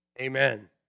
Amen